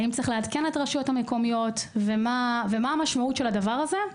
האם צריך לעדכן את הרשויות המקומיות ומה המשמעות של הדבר הזה.